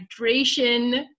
hydration